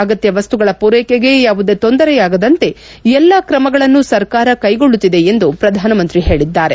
ಅಗತ್ಯವಸ್ತುಗಳ ಪೂರೈಕೆಗೆ ಯಾವುದೇ ತೊಂದರೆಯಾಗದಂತೆ ಎಲ್ಲಾ ಕ್ರಮಗಳನ್ನು ಸರ್ಕಾರ ಕೈಗೊಳ್ಳುತ್ತಿದೆ ಎಂದು ಪ್ರಧಾನಮಂತ್ರಿ ಹೇಳಿದ್ದಾರೆ